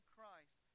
Christ